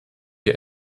wir